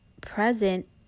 present